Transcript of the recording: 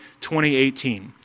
2018